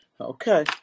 Okay